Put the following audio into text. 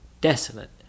desolate